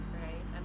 right